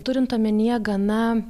turint omenyje gana